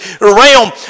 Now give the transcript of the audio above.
realm